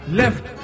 left